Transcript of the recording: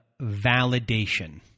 validation